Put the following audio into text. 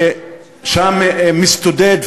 ששם מסתודד,